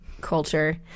Culture